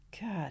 God